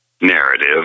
narrative